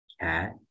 cat